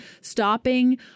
stopping